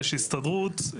יש הסתדרות.